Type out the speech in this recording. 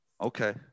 Okay